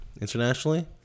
Internationally